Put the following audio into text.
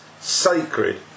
Sacred